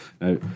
Now